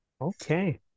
Okay